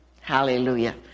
Hallelujah